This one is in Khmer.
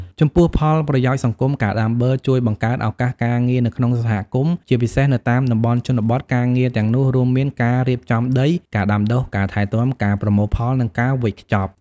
ចំពោះផលប្រយោជន៍សង្គម ការដាំបឺរជួយបង្កើតឱកាសការងារនៅក្នុងសហគមន៍ ជាពិសេសនៅតាមតំបន់ជនបទ ការងារទាំងនោះរួមមានការរៀបចំដី ការដាំដុះ ការថែទាំ ការប្រមូលផល និងការវេចខ្ចប់។